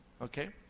okay